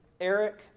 Eric